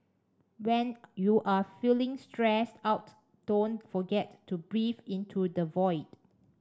when you are feeling stressed out don't forget to breathe into the void